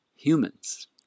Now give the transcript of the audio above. Humans